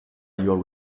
your